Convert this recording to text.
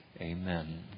Amen